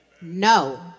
No